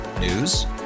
News